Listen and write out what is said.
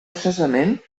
cessament